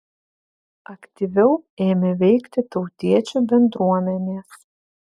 aktyviau ėmė veikti tautiečių bendruomenės